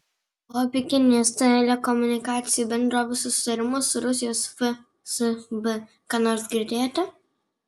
o apie kinijos telekomunikacijų bendrovių susitarimus su rusijos fsb ką nors girdėjote